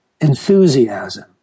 enthusiasm